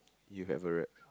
you ever read